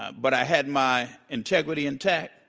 ah but i had my integrity intact?